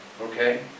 okay